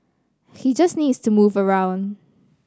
he just needs to move around